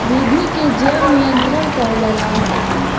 विधि के जैव नियंत्रण कहल जाला